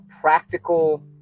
practical